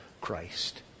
Christ